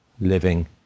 living